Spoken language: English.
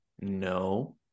no